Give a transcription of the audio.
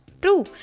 True